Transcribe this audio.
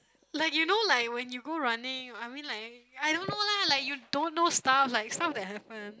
like you know like when you go running I mean like I don't know lah like you don't know stuff like some of the elephant